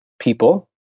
people